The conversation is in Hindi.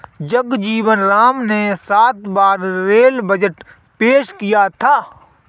जगजीवन राम ने सात बार रेल बजट पेश किया था